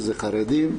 שזה חרדים,